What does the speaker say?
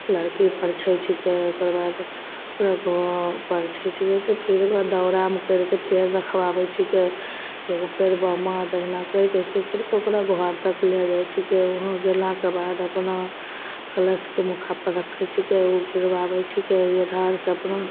लड़की परिछै छिकै ओकरबाद तऽ पूरा गाम परिछै छिए तऽ फेर ओकरा दउरामे करिके पाएर रखबाबै छिकै से एगो पाएर बामा दहिना करिके सिकरिके ओकरा गोहार तक लै जाइ छिकै वहाँ गेलाके बाद तऽ अपना कलशके मुखापर रखै छिकै ओ गिरबाबै छिकै ओहि धानसे अपन